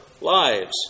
lives